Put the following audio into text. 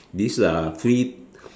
this uh free